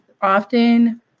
often